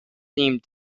themed